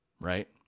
right